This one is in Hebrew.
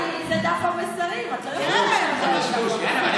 אותו דבר פה, אני מתביישת.